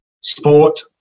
sport